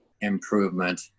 improvement